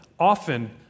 Often